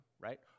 right